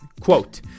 Quote